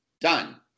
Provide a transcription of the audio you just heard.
done